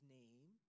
name